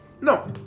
No